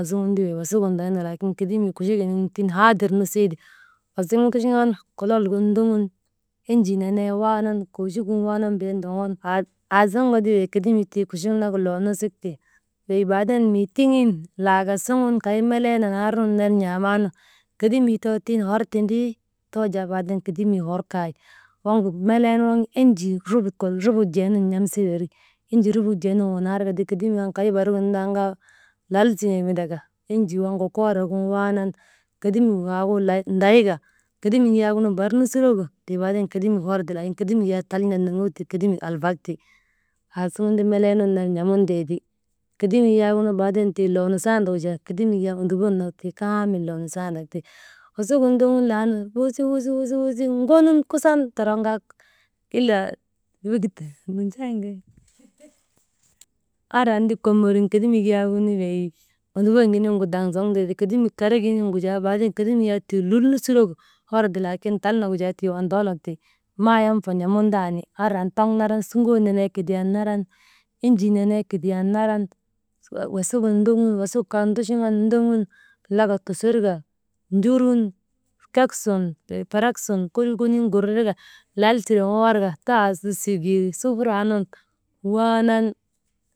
Aasuŋun ti wey ndayte laakin, tiŋ kedimii kuchiginiŋ tiŋ kaa haadir nusiiti. Wasik nduchigan, kolol gin ndoŋun enjii nenee waanan, koochigin waanan ndoŋoonu bee haadir aasuŋunti wey kedimik kuchik nak tiigu haadir nusik ti. Wey baaden mii tiŋin laaga suŋun kay nelee nun ner n̰aamaanu kedimii too tiŋ hor tindi, too jaa baaden tiŋ hor kay waŋgu tiŋ meleenu enjii rubuk kan rubu jee nun n̰amsa weri, enjii rubuk jee nun wanar ka ti, kedimii waŋ kay barigin nindan lal siŋen windaka, enjii waŋgu koorogin waanan kedimik waagu ndayka kedimik yak bar nusurogu tii baaden kedemik horti laakin kedemik yak tal n̰at nurŋok tik tii kedemik albak ti aasuŋunti melee nun ner n̰amun tee ti. Kedemik yak tii baaden loo nusandagu jaa kedemik ondubon nak ti tii kaamil loo nusandak ti, wasigin ndogun laanu wusi, wusi, wusi ŋonun kusan toroŋka ila «hesitation» andriyan ti komorin kedemik yaagu wey ondubon giniŋgu daŋ zoŋteeti, kedimik kariginiŋgu jaa baaden kedimik lul nusurogu horti lakin tal nagu jaa tii ondoolok ti maayanfa n̰amun tan adrian taŋ naran chuŋoo nenee kidiyan naran, enjii nenee kidiyan naran «hesitation» wasigin ndogun wasigu kaa nduchugan ndogun laka tusurka njurun kek sun, ferek sun kolii konin gurir ka, lal siŋen waraka tasu sikiiri sufuraanun waanan.